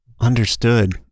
understood